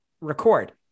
record